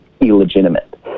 illegitimate